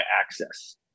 access